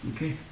Okay